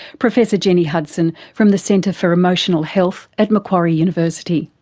professor jennie hudson from the centre for emotional health at macquarie university.